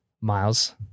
miles